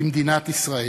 במדינת ישראל.